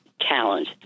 talent